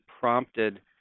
prompted